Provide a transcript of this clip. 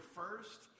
first